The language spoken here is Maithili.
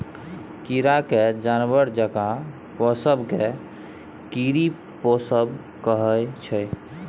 कीरा केँ जानबर जकाँ पोसब केँ कीरी पोसब कहय छै